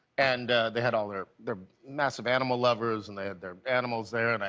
and they had ah they're they're massive animal lovers. and they had their animals there. and